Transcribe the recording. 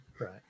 Right